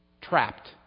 trapped